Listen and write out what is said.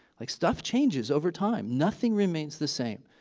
like stuff changes over time. nothing remains the same.